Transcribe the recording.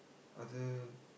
other